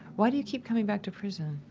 why do you keep coming back to prison?